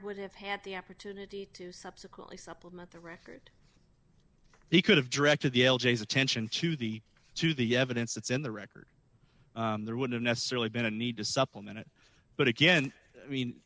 would have had the opportunity to subsequently supplement the record he could have directed the attention to the to the evidence that's in the record there would have necessarily been a need to supplement it but again i mean